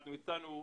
אנחנו הצענו,